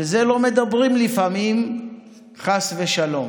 על זה לא מדברים לפעמים, חס ושלום.